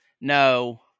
no